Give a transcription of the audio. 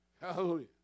Hallelujah